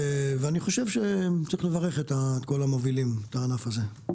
ואני חושב שצריך לברך את כל המובילים של הענף הזה.